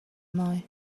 myth